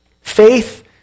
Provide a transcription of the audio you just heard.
Faith